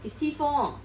is T four